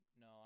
no